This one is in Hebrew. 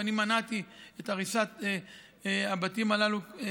ואני מנעתי את הריסת הבתים הללו.